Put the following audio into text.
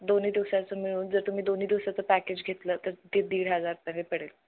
दोन्ही दिवसाचं मिळून जर तुम्ही दोन्ही दिवसाचं पॅकेज घेतलं तर त ते दीड हजार तरी पडेल